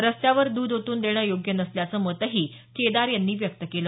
रस्त्यावर दध ओतून देणं योग्य नसल्याचं मतही त्यांनी व्यक्त केलं